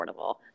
affordable